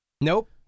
Nope